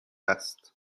است